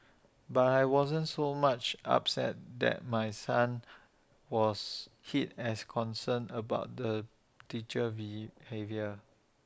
but I wasn't so much upset that my son was hit as concerned about the teacher's behaviour